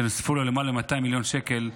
שנוספו לו למעלה מ-200 מיליון שקל,